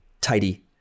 tidy